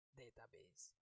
database